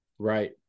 Right